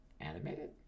animated